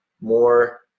more